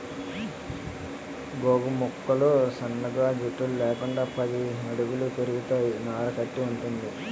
గోగు మొక్కలు సన్నగా జట్టలు లేకుండా పది అడుగుల పెరుగుతాయి నార కట్టి వుంటది